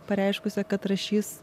pareiškusią kad rašys